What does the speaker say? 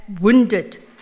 wounded